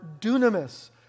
dunamis